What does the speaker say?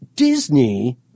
Disney